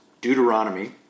Deuteronomy